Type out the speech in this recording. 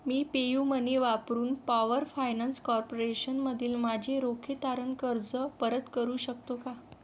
मी PayUmoney वापरून power finance कॉर्पोरेशनमधील माझे रोखे तारण कर्ज परत करू शकतो का